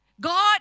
God